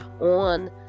on